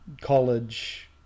college